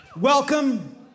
Welcome